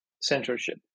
censorship